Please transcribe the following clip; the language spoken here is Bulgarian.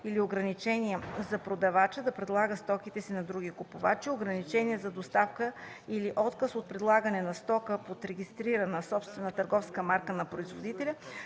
или ограничения за продавача да предлага стоките си на други купувачи; ограничения за доставка или отказ от предлагане на стока под регистрирана собствена търговска марка на производителя,